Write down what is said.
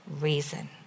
reason